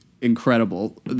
incredible